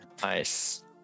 Nice